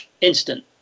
instant